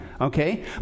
okay